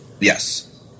Yes